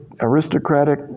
aristocratic